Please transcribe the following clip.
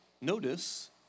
notice